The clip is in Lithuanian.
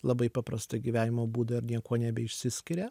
labai paprastą gyvenimo būdą ir niekuo nebeišsiskiria